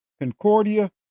Concordia